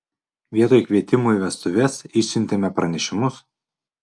vietoj kvietimų į vestuves išsiuntėme pranešimus